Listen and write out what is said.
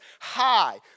high